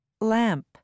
Lamp